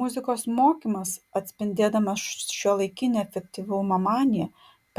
muzikos mokymas atspindėdamas šiuolaikinę efektyvumo maniją